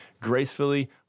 gracefully